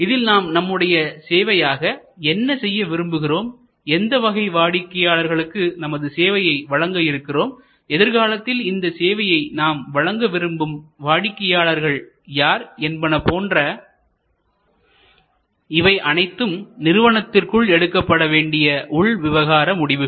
இதில் நாம் நம்முடைய சேவையாக என்ன செய்ய விரும்புகிறோம்எந்த வகை வாடிக்கையாளர்களுக்கு நமது சேவையை வழங்க இருக்கிறோம்எதிர்காலத்தில் இந்த சேவையை நாம் வழங்க விரும்பும் வாடிக்கையாளர்கள் யார் என்பன போன்ற இவை அனைத்தும் நிறுவனத்திற்குள் எடுக்கப்பட வேண்டிய உள்விவகார முடிவுகள்